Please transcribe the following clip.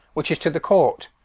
which is to'th court,